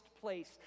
place